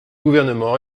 gouvernement